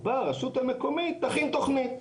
הוא בא, הרשות המקומית תכין תכנית.